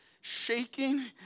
shaking